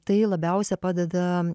tai labiausia padeda